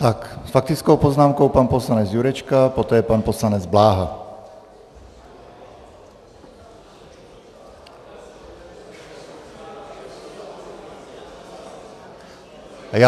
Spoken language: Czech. S faktickou poznámkou pan poslanec Jurečka, poté pan poslanec Bláha.